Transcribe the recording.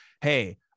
hey